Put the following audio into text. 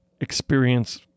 Experience